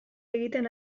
egiten